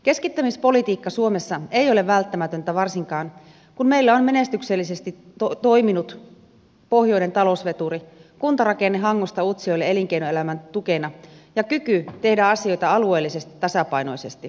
keskittämispolitiikka suomessa ei ole välttämätöntä varsinkaan kun meillä on menestyksellisesti toiminut pohjoinen talousveturi kuntarakenne hangosta utsjoelle elinkeinoelämän tukena ja kyky tehdä asioita alueellisesti tasapainoisesti